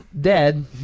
dead